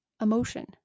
emotion